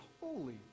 Holy